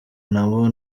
nabo